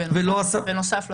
זה בנוסף לשר.